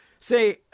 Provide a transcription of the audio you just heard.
Say